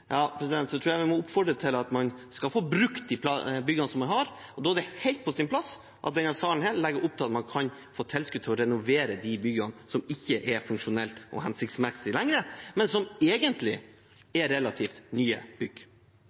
vi må oppfordre til at man skal få brukt de byggene som man har. Da er det helt på sin plass at denne salen legger opp til at man kan få tilskudd til å renovere de byggene som ikke er funksjonelle og hensiktsmessige lenger, men som egentlig er relativt nye bygg.